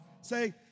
Say